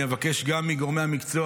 אבקש גם מגורמי המקצוע,